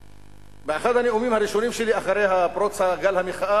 באחד הנאומים הראשונים שלי אחרי פרוץ גל המחאה